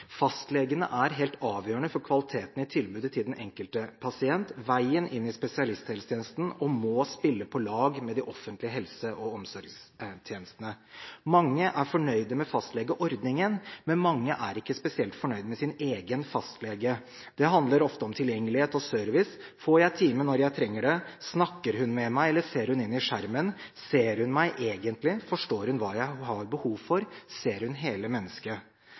Fastlegene er helt avgjørende for kvaliteten i tilbudet til den enkelte pasient. De er veien inn i spesialisthelsetjenesten og må spille på lag med de offentlige helse- og omsorgstjenestene. Mange er fornøyd med fastlegeordningen, men mange er ikke spesielt fornøyd med sin egen fastlege. Det handler ofte om tilgjengelighet og service: Får jeg time når jeg trenger det, snakker hun med meg, eller ser hun inn i skjermen. Ser hun meg egentlig og forstår hva jeg har behov for? Ser hun hele mennesket?